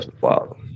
wow